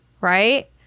Right